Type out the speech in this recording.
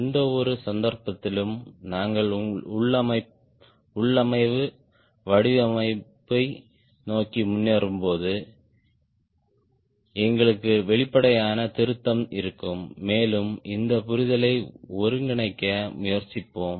எந்தவொரு சந்தர்ப்பத்திலும் நாங்கள் உள்ளமைவு வடிவமைப்பை நோக்கி முன்னேறும்போது எங்களுக்கு வெளிப்படையான திருத்தம் இருக்கும் மேலும் இந்த புரிதலை ஒருங்கிணைக்க முயற்சிப்போம்